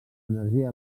energia